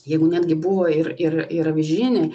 jeigu netgi buvo ir ir ir avižinė